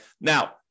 Now